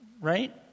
Right